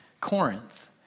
Corinth